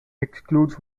excludes